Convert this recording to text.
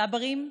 צברים,